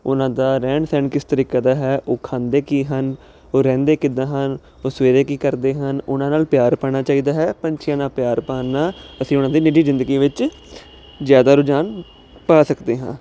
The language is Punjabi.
ਉਹਨਾਂ ਦਾ ਰਹਿਣ ਸਹਿਣ ਕਿਸ ਤਰੀਕੇ ਦਾ ਹੈ ਉਹ ਖਾਂਦੇ ਕੀ ਹਨ ਉਹ ਰਹਿੰਦੇ ਕਿੱਦਾਂ ਹਨ ਉਹ ਸਵੇਰੇ ਕੀ ਕਰਦੇ ਹਨ ਉਹਨਾਂ ਨਾਲ ਪਿਆਰ ਪਾਉਣਾ ਚਾਹੀਦਾ ਹੈ ਪੰਛੀਆਂ ਨਾਲ ਪਿਆਰ ਪਾਉਣ ਨਾਲ ਅਸੀਂ ਉਹਨਾਂ ਦੀ ਨਿੱਜੀ ਜ਼ਿੰਦਗੀ ਵਿੱਚ ਜ਼ਿਆਦਾ ਰੁਝਾਨ ਪਾ ਸਕਦੇ ਹਾਂ